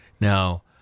Now